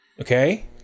okay